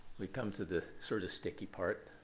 we come to the sort of sticky part.